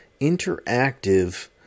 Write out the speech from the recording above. interactive